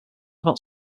about